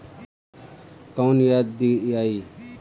कौन खाद दियई?